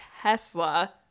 Tesla